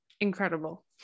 Incredible